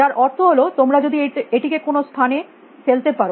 যার অর্থ হল তোমরা যদি এটিকে কোনো স্থানে ফেলতে পার